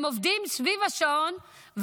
הם עובדים סביב השעון,